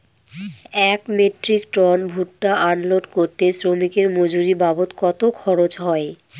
এক metric ton ভুট্টা unload করতে শ্রমিকের মজুরি বাবদ কত খরচ হয়?